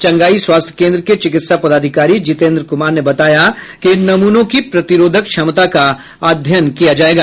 चंगाई स्वास्थ्य केन्द्र के चिकित्सा पदाधिकारी जितेन्द्र कुमार ने बताया कि इन नमूनों की प्रतिरोधक क्षमता का अध्ययन किया जायेगा